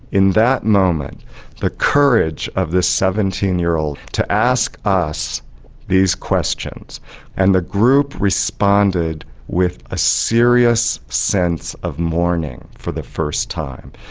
in that moment the courage of this seventeen year old to ask us these questions and the group responded with a serious sense of mourning for the first time.